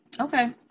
Okay